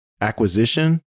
acquisition